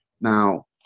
Now